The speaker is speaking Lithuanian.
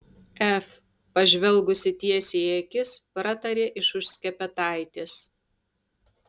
ef pažvelgusi tiesiai į akis pratarė iš už skepetaitės